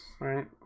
Right